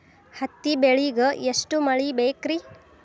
ಹತ್ತಿ ಬೆಳಿಗ ಎಷ್ಟ ಮಳಿ ಬೇಕ್ ರಿ?